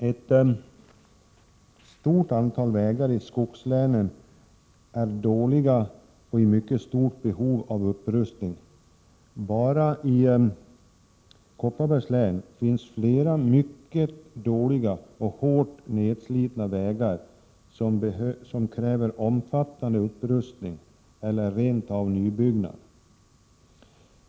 Ett stort antal vägar i skogslänen är dåliga och i mycket stort behov av upprustning. Bara i Kopparbergs län finns flera mycket dåliga, hårt nedslitna vägar som kräver omfattande upprustning eller rent av nybyggnad.